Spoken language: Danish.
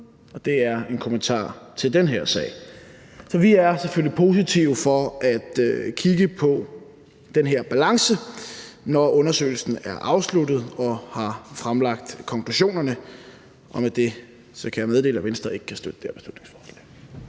og det er en kommentar til den her sag. Så vi er selvfølgelig positive over for at kigge på den her balance, når undersøgelsen er afsluttet og konklusionerne er fremlagt. Og med det kan jeg meddele, at Venstre ikke kan støtte det her beslutningsforslag.